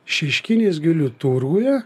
šeškinės gėlių turguje